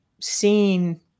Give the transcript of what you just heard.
seen